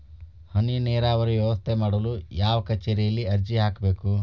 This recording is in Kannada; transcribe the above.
ಹನಿ ನೇರಾವರಿ ವ್ಯವಸ್ಥೆ ಮಾಡಲು ಯಾವ ಕಚೇರಿಯಲ್ಲಿ ಅರ್ಜಿ ಹಾಕಬೇಕು?